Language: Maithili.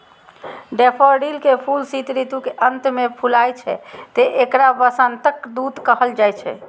डेफोडिल के फूल शीत ऋतु के अंत मे फुलाय छै, तें एकरा वसंतक दूत कहल जाइ छै